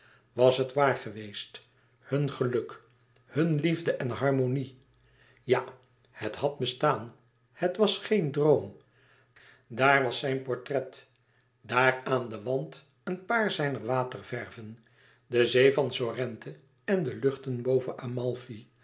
was het wàar geweest hun geluk hunne liefde en harmonie ja het had bestaan het was geen droom daar was zijn portret daar aan den wand een paar zijner waterverven de zee van sorrente en de luchten boven